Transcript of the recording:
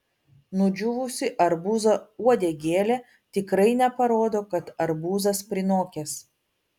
nudžiūvusi arbūzo uodegėlė tikrai neparodo kad arbūzas prinokęs